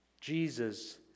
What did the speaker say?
Jesus